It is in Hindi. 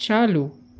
चालू